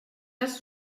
cas